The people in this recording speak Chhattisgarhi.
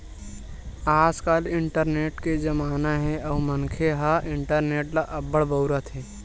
आजकाल इंटरनेट के जमाना हे अउ मनखे ह इंटरनेट ल अब्बड़ के बउरत हे